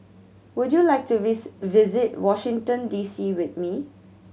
would you like to visit Washington D C with me